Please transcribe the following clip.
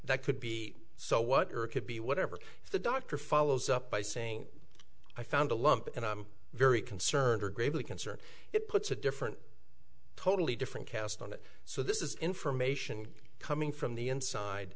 that could be so what could be whatever the doctor follows up by saying i found a lump and i'm very concerned or gravely concerned it puts a different totally different cast on it so this is information coming from the inside